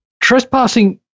Trespassing